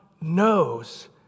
knows